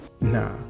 Nah